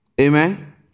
Amen